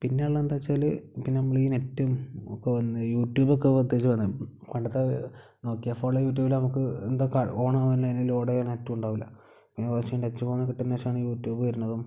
പിന്നെയുള്ളത് എന്താണെന്ന് വച്ചാൽ പിന്നെ നമ്മളെ ഈ നെറ്റും ഒക്കെ വന്നു യൂട്യൂബൊക്കെ വന്നു പണ്ടത്തെ നോക്കിയ ഫോണിലെ യൂട്യൂബിൽ നമുക്ക് എന്താണ് ഓണ ആവാൻ ലോഡ് ചെയ്യാൻ നെറ്റും ഉണ്ടാവില്ല പിന്നെ കുറച്ചു ടച്ച് ഫോൺ കിട്ടിയതിന്ന് ശേഷമാണ് യൂട്യൂബ് വരുന്നതും